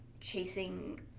chasing